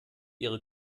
ihre